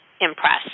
impressed